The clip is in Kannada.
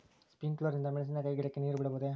ಸ್ಪಿಂಕ್ಯುಲರ್ ನಿಂದ ಮೆಣಸಿನಕಾಯಿ ಗಿಡಕ್ಕೆ ನೇರು ಬಿಡಬಹುದೆ?